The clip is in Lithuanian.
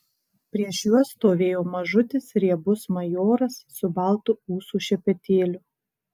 prieš juos stovėjo mažutis riebus majoras su baltu ūsų šepetėliu